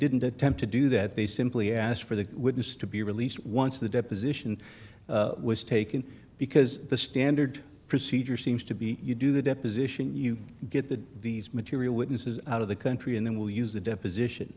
didn't attempt to do that they simply asked for the witness to be released once the deposition was taken because the standard procedure seems to be you do the deposition you get the these material witnesses out of the country and then we'll use the deposition